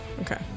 Okay